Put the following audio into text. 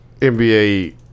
NBA